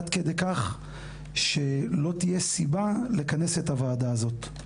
עד כדי כך שלא תהיה סיבה לכנס את הוועדה הזאת.